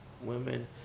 women